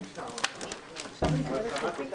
בשעה 11:15.